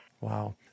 Wow